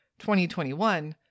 2021